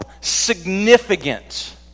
significant